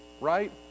Right